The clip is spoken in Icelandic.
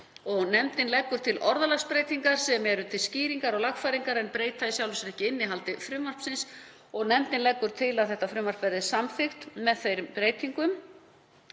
Nefndin leggur til orðalagsbreytingar sem eru til skýringar og lagfæringar en breyta í sjálfu sér ekki innihaldi frumvarpsins og nefndin leggur til að þetta frumvarp verði samþykkt með þeim breytingum.